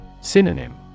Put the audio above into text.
Synonym